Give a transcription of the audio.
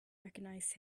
recognize